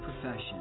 profession